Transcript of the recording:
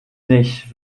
nicht